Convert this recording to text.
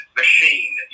machine